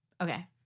okay